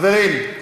חברים,